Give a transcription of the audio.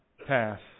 pass